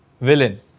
Villain